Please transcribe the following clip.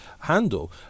handle